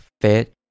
fit